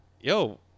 yo